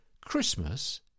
Christmas